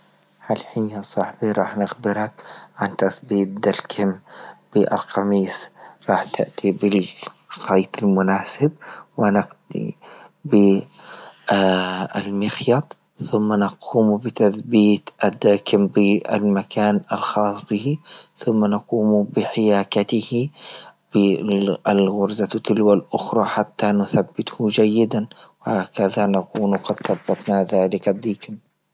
الحين يا صاحبي راح نخبرك عن تثبيت بالقميص راح تأتي بالخيط المناسب ونأتي بي المخيط ثم نقوم بتثبيت الداكن بالمكان الخاص به ثم نقوم بحياكته بالغرفة تلوى الاخرى حتى نثبته جيدا وهكذا نكون قد ثبتنا ذلك.